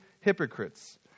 hypocrites